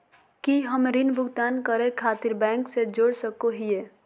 की हम ऋण भुगतान करे खातिर बैंक से जोड़ सको हियै?